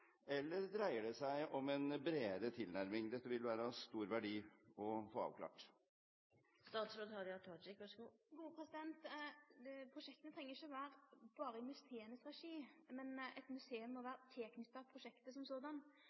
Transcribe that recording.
eller dreier det seg om en bredere tilnærming? Det vil være av stor verdi å få avklart dette. Prosjekta treng ikkje å vere berre i museas regi, men eit museum må vere knytt til prosjektet. Når ein rettar denne tilskotsordninga som